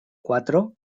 cuatro